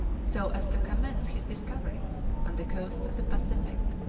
so as to commence his discoveries on the coasts of the pacific,